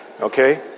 okay